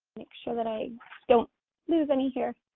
make sure that i don't lose any here.